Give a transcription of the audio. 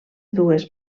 dues